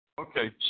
Okay